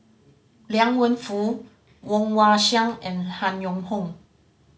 Liang Wenfu Woon Wah Siang and Han Yong Hong